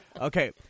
okay